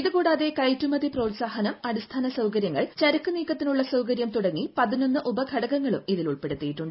ഇതുകൂടാതെ കയറ്റുമതി പ്രോത്സാഹനം അടിസ്ഥാന സൌകര്യങ്ങൾ ചരക്ക് നീക്കത്തിന് ഉള്ള സൌകര്യം തുടങ്ങി പതിനൊന്ന് ഉപഘടകങ്ങളും ഇതിൽ ഉൾപ്പെടുത്തിയിട്ടുണ്ട്